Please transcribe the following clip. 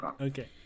okay